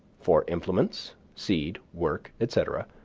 for implements, seed, work, etc,